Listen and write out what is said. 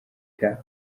kandi